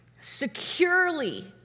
securely